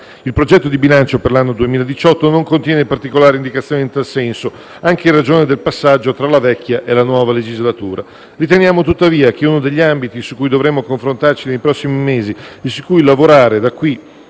Il progetto di bilancio per l'anno 2018 non contiene particolari indicazioni in tal senso, anche in ragione del passaggio tra la vecchia e la nuova legislatura. Riteniamo, tuttavia, che uno degli ambiti su cui dovremmo confrontarci nei prossimi mesi e su cui lavorare da qui